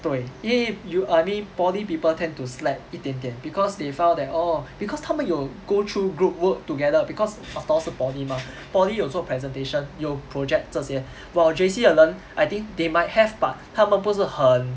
对因为 you I mean poly people tend to slack 一点点 because they found that oh because 他们有 go through group work together because after all 是 poly mah poly 有做 presentation 有 project 这些 while J_C 的人 I think they might have but 他们不是很